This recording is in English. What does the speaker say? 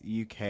UK